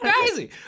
crazy